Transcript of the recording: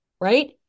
Right